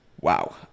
Wow